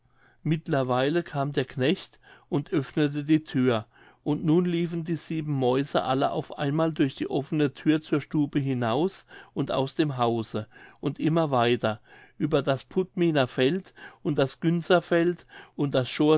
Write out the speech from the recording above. mittlerweile kam der knecht und öffnete die thür und nun liefen die sieben mäuse alle auf einmal durch die öffne thür zur stube hinaus und aus dem hause und immer weiter über das pudminer feld und das günzer feld und das